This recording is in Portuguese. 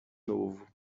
novo